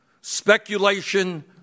speculation